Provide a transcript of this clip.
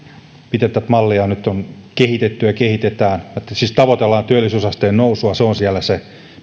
miten tätä mallia on nyt kehitetty ja kehitetään siis tavoitellaan työllisyysasteen nousua se on siellä se